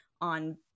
on